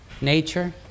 nature